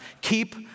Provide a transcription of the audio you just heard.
Keep